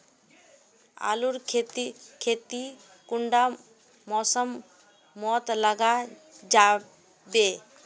आलूर खेती कुंडा मौसम मोत लगा जाबे?